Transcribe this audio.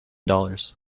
dollars